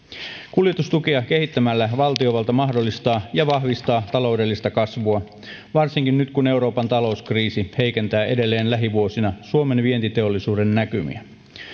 kuljetustukea kehittämällä valtiovalta mahdollistaa ja vahvistaa taloudellista kasvua varsinkin nyt kun euroopan talouskriisi heikentää edelleen lähivuosina suomen vientiteollisuuden näkymiä